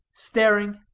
staring.